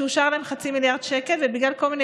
שאושרו להם חצי מיליארד שקל ובגלל כל מיני